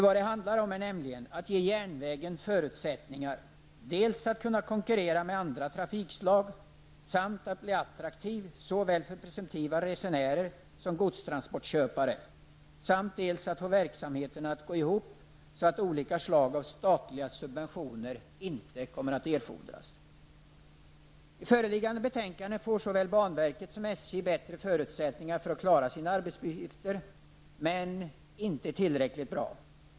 Vad det handlar om är nämligen att ge järnvägen förutsättningar dels att konkurrera med andra trafikslag och att bli attraktiv för såväl presumtiva resenärer som godstransportköpare, dels att få verksamheten att gå ihop så att olika slag av statliga subventioner inte kommer att erfordras. I föreliggande betänkande får såväl banverket som SJ bättre förutsättningar att klara sina arbetsuppgifter -- men inte tillräckligt bra.